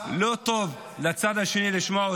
לא טוב לצד השני לשמוע.